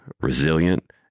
resilient